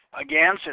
Again